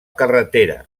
carretera